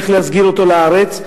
איך להסגיר אותו לארץ,